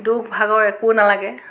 দুখ ভাগৰ একো নালাগে